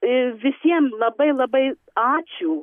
ir visiem labai labai ačiū